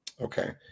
Okay